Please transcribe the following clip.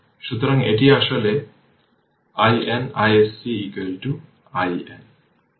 সুতরাং এটি আসলে IN iSC IN